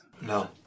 No